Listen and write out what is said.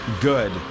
good